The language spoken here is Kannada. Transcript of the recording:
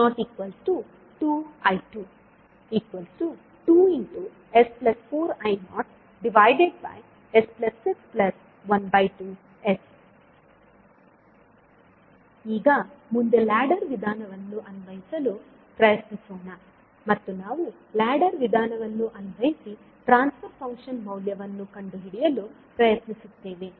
V02I22s4I0s612s ಈಗ ಮುಂದೆ ಲ್ಯಾಡರ್ ವಿಧಾನವನ್ನು ಅನ್ವಯಿಸಲು ಪ್ರಯತ್ನಿಸೋಣ ಮತ್ತು ನಾವು ಲ್ಯಾಡರ್ ವಿಧಾನವನ್ನು ಅನ್ವಯಿಸಿ ಟ್ರಾನ್ಸ್ ಫರ್ ಫಂಕ್ಷನ್ ಮೌಲ್ಯವನ್ನು ಕಂಡುಹಿಡಿಯಲು ಪ್ರಯತ್ನಿಸುತ್ತೇವೆ